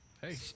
Hey